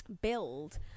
build